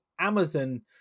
Amazon